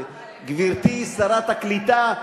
גברתי שרת הקליטה,